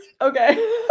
Okay